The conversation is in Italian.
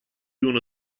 uno